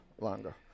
longer